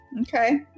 Okay